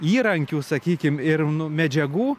įrankių sakykim ir nu medžiagų